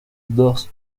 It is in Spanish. dos